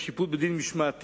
יש שיפוט בדין משמעתי,